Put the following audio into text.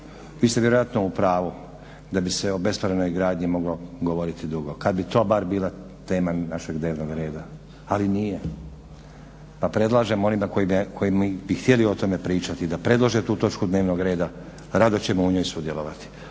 vi ste vjerojatno upravu da bi se o bespravnoj gradnji moglo govoriti dugo, kada bi to bar bila tema našeg dnevnog reda, ali nije. Pa predlažem onima koji bi htjeli o tome pričati da predlože tu točku dnevnog reda rado ćemo u njoj sudjelovati.